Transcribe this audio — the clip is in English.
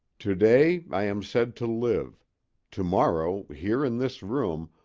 to-day i am said to live to-morrow, here in this room,